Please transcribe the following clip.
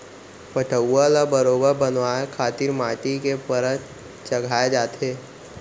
पटउहॉं ल बरोबर बनाए खातिर माटी के परत चघाए जाथे